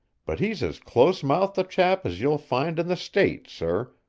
but he's as close-mouthed a chap as you'll find in the state, sir,